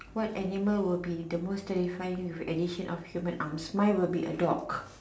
what animal will the most terrifying with the addition of human arms mine will be a dog